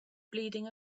bleeding